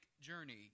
journey